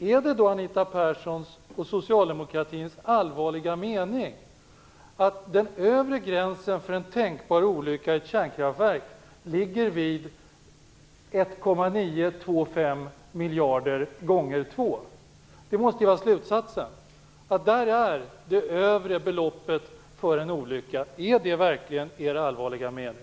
Är det då Anita Perssons och socialdemokratins allvarliga mening att den övre gränsen vid en tänkbar olycka vid en kärnkraftverk ligger vid 1,9 - 2,5 miljarder gånger två? Det måste vara slutsatsen. Där ligger det övre beloppet vid en olycka. Är det verkligen er allvarliga mening?